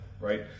right